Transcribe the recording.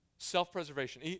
Self-preservation